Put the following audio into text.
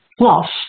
plus